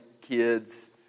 kids